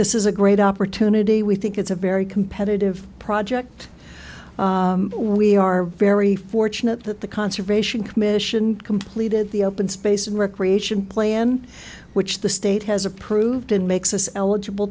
this is a great opportunity we think it's a very competitive project we are very fortunate that the conservation commission completed the open space and recreation plan which the state has approved and makes us eligible